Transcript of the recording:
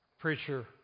Preacher